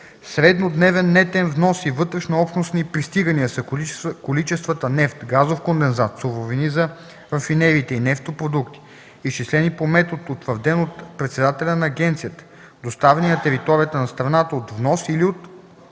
„Среднодневен нетен внос и вътрешнообщностни пристигания” са количествата нефт, газов кондензат, суровини за рафинериите и нефтопродукти, изчислени по метод, утвърден от председателя на агенцията, доставени на територията на страната от внос или от